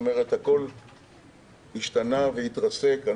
הכל השתנה והתרסק.